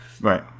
Right